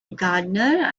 gardener